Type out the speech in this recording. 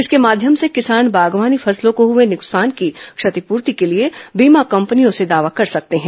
इसके माध्यम से किसान बागवानी फसलों को हए नुकसान की क्षतिपूर्ति के लिए बीमा कम्पनियों से दावा कर सकते हैं